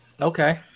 okay